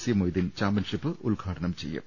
C Moideen championship ഉദ്ഘാടനം ചെയ്യും